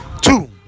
two